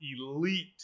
elite